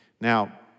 Now